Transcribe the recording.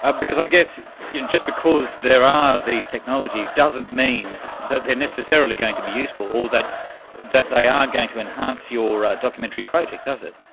ah because i guess just because there are these technologies doesn't mean that they're necessarily going to be useful or that that they are going to enhance your ah documentary project, does it?